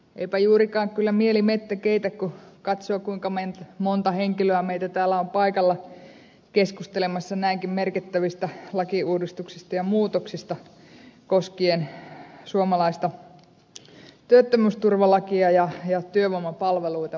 eipä juurikaan kyllä mieli mettä keitä kun katsoo kuinka monta henkilöä meitä täällä on paikalla keskustelemassa näinkin merkittävistä lakiuudistuksista ja muutoksista koskien suomalaista työttömyysturvalakia ja työvoimapalveluita